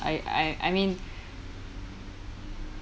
I I I mean